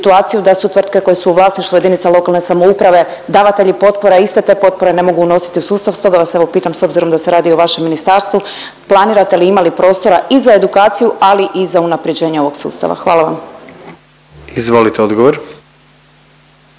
da su tvrtke koje su u vlasništvu lokalne samouprave davatelji potpora iste te potpore ne mogu unositi u sustav. Stoga vas evo pitam s obzirom da se radi o vašem ministarstvu planirate li ima li prostora i za edukaciju, ali i za unaprjeđenje ovog sustava. Hvala vam. **Jandroković,